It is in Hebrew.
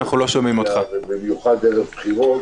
אל תשחק בכללים הדמוקרטיים.